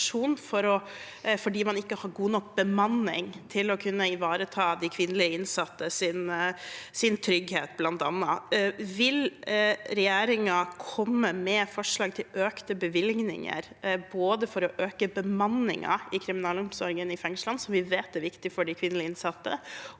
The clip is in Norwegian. fordi man ikke har god nok bemanning til å kunne ivareta de kvinnelige innsattes trygghet bl.a. Vil regjeringen komme med forslag til økte bevilgninger, både for å øke bemanningen i kriminalomsorgen og i fengslene, som vi vet er viktig for de kvinnelige innsatte,